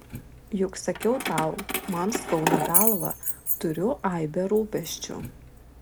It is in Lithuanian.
juk sakiau tau man skauda galvą turiu aibę rūpesčių